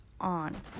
on